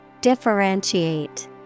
Differentiate